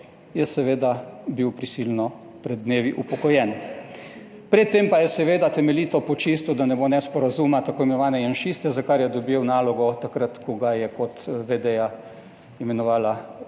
je seveda bil prisilno pred dnevi upokojen. Pred tem pa je seveda temeljito počistil, da ne bo nesporazuma, t. i. janšiste, za kar je dobil nalogo takrat, ko ga je kot v. d. imenovala